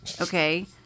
Okay